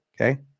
Okay